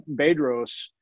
bedros